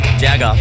Jagger